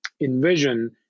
envision